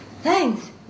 Thanks